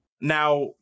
Now